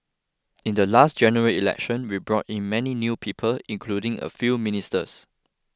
in the last General Election we brought in many new people including a few ministers